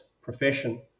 profession